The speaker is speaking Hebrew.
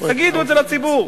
תגידו את זה לציבור.